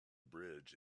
bridge